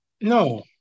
No